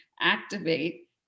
activate